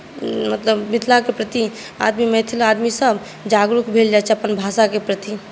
मतलब मिथिलाके प्रति आदमी मैथिल आदमी सब जागरूक भेल जाइ छै अपन भाषाके प्रति